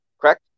correct